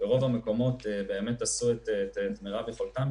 ברוב המקומות עשו את מרב יכולתם.